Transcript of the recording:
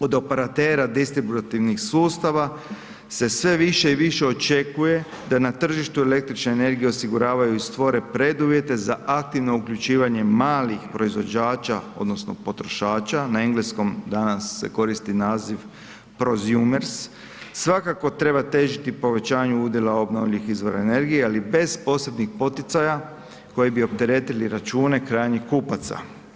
Od operatera distributivnih sustava se sve više i više očekuje da na tržištu električne energije osiguravaju i stvore preduvjete za aktivno uključivanje malih proizvođača odnosno potrošača, na engleskom danas se koristi naziv prosumers, svakako treba težiti povećanju udjela obnovljivih izvora energije, ali bez posebnih poticaja koji bi opteretili račune krajnjih kupaca.